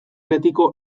betiko